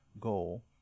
goal